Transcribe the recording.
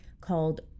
called